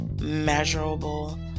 measurable